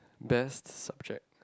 best subject